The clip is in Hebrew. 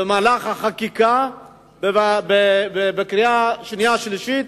במהלך החקיקה בקריאה שנייה ובקריאה שלישית,